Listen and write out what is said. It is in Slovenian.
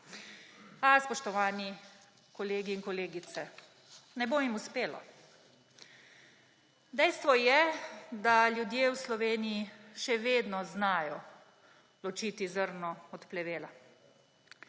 A, spoštovani kolegi in kolegice, ne bo jim uspelo. Dejstvo je, da ljudje v Sloveniji še vedno znajo ločiti zrno od plevela,